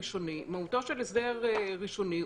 דבר אחרון,